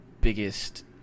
biggest